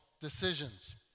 decisions